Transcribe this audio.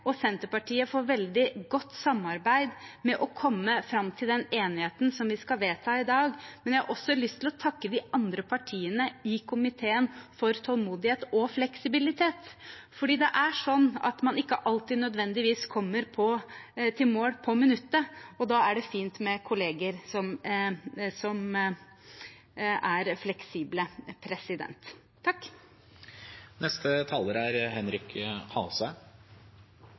og Senterpartiet for veldig godt samarbeid med å komme fram til den enigheten vi skal vedta i dag. Jeg har også lyst til å takke de andre partiene i komiteen for tålmodighet og fleksibilitet, for det er sånn at man ikke alltid nødvendigvis kommer i mål på minuttet, og da er det fint med kolleger som er fleksible. Smitteverntiltakene som kom i desember, er